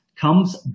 comes